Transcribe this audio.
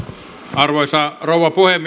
arvoisa rouva puhemies